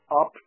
up